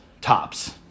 tops